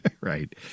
right